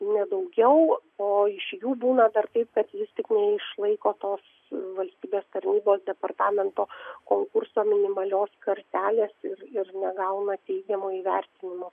ne daugiau o iš jų būna dar taip kad vis tik neišlaiko tos valstybės tarnybos departamento konkurso minimalios kartelės ir ir negauna teigiamo įvertinimo